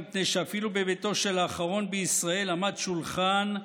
מפני שאפילו בביתו של האחרון בישראל עמד שולחן,